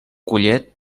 collet